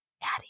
Daddy